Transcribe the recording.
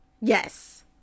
Yes